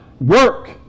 Work